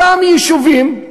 אותם יישובים,